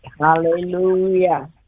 Hallelujah